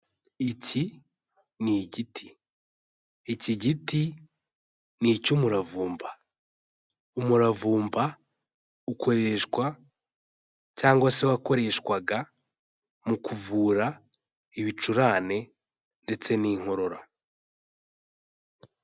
Iki ni igiti, iki giti ni icy'umuravumba, umuravumba ukoreshwa cyangwa se wakoreshwaga mu kuvura ibicurane ndetse n'inkorora.